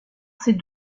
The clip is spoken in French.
ces